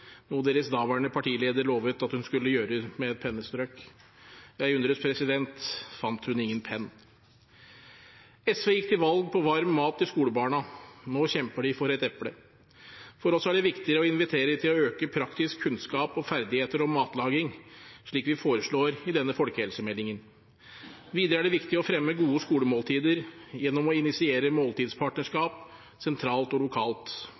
noe deres daværende partileder lovet at hun skulle gjøre med et pennestrøk. Jeg undres: Fant hun ingen penn? SV gikk til valg på varm mat til skolebarna. Nå kjemper de for et eple. For oss er det viktigere å invitere til å øke praktisk kunnskap og ferdigheter om matlaging, slik vi foreslår i denne folkehelsemeldingen. Videre er det viktig å fremme gode skolemåltider gjennom å initiere måltidspartnerskap sentralt og lokalt,